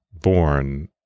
born